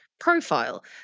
Profile